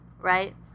right